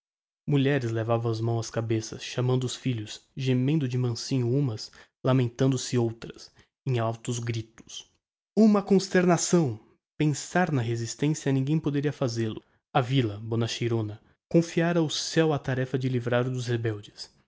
mulheres levavam as mãos á cabeça chamando os filhos gemendo de mansinho umas lamentando se outras em altos gritos uma consternação pensar na resistencia ninguem poderia fazel-o a villa bonacheirona confiara ao ceu a tarefa de a livrar dos rebeldes